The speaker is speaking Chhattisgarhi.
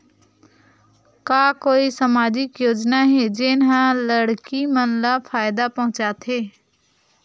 का कोई समाजिक योजना हे, जेन हा लड़की मन ला फायदा पहुंचाथे?